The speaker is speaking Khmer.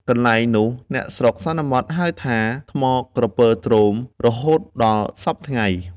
កន្លែងនោះ អ្នកស្រុកសន្មតហៅថា ថ្មក្រពើទ្រោម រហូតដល់សព្វថ្ងៃ ។